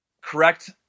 correct